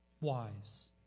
wise